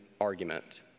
argument